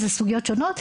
זה סוגיות שונות.